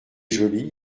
joli